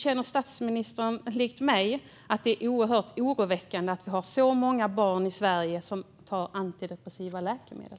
Känner statsministern, likt mig, att det är oerhört oroväckande att det finns så många barn i Sverige som tar antidepressiva läkemedel?